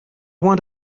want